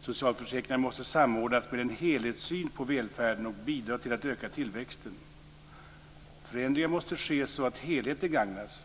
Socialförsäkringarna måste samordnas med en helhetssyn på välfärden och bidra till att öka tillväxten. Förändringar måste ske så att helheten gagnas.